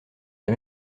les